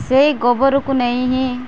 ସେଇ ଗୋବରକୁ ନେଇ ହିଁ